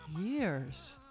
years